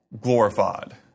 glorified